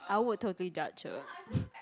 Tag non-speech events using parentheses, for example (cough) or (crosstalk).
I would totally judge her (breath)